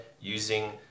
using